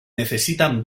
necesitan